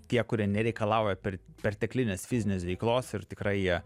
tie kurie nereikalauja per perteklinės fizinės veiklos ir tikrai jie